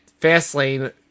Fastlane